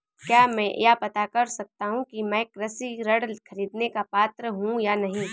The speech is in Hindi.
क्या मैं यह पता कर सकता हूँ कि मैं कृषि ऋण ख़रीदने का पात्र हूँ या नहीं?